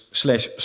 slash